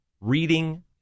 Reading